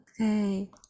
Okay